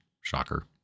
shocker